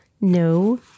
no